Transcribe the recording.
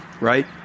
right